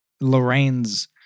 Lorraine's